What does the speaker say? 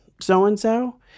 so-and-so